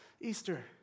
Easter